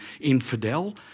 infidel